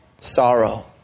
sorrow